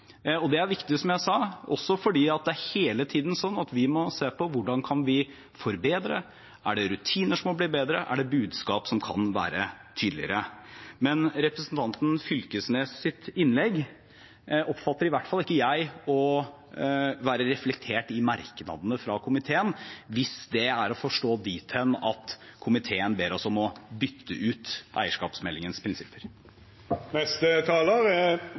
Og det er viktig, som jeg sa, også fordi det hele tiden er sånn at vi må se på hvordan vi kan forbedre. Er det rutiner som må bli bedre, er det budskap som kan være tydeligere? Men representanten Knag Fylkesnes’ innlegg oppfatter i hvert fall ikke jeg å være reflektert i merknadene fra komiteen, hvis det er å forstå dit hen at komiteen ber oss om å bytte ut eierskapsmeldingens prinsipper.